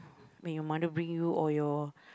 when your mother bring you or your